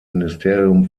ministerium